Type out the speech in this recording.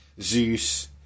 Zeus